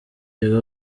kigo